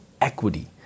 equity